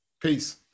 peace